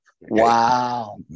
Wow